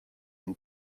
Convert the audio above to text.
and